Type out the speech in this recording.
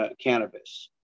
cannabis